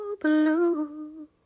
blue